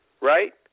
right